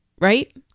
Right